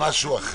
לא.